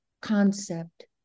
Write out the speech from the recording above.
concept